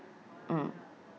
mm